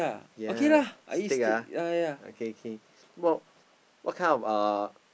yea steak ah okay okay what what kind of uh